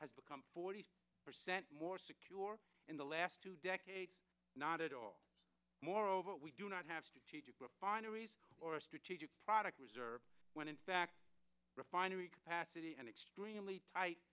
has become forty percent more secure in the last two decades not at all moreover what we do not have strategic fineries or strategic product reserve when in fact refinery capacity and extremely tight